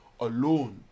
alone